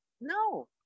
no